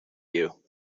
you